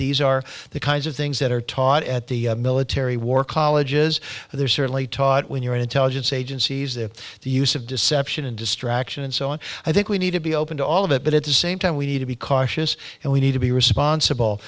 these are the kinds of things that are taught at the military war colleges there are certainly taught when you're in intelligence agencies that the use of deception and distraction and so on i think we need to be open to all of it but at the same time we need to be cautious and we need to be responsible